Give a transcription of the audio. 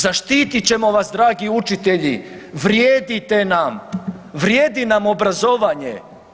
Zaštitit ćemo vas dragi učitelji, vrijedite nam, vrijedi nam obrazovanje.